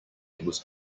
was